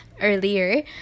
earlier